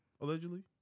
Allegedly